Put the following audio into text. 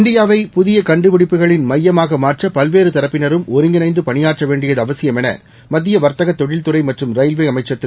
இந்தியாவை புதிய கண்டுபிடிப்புகளின் மையமாக மாற்ற பல்வேறு தரப்பினரும் ஒருங்கிணைந்த பணியாற்ற வேண்டியது அவசியமென மத்திய வர்த்தக தொழில்துறை மற்றும் ரயில்வே அமைச்சர் திரு